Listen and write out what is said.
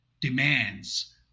demands